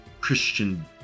Christian